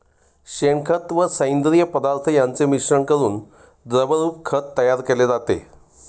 शेणखत व सेंद्रिय पदार्थ यांचे मिश्रण करून द्रवरूप खत तयार केले जाते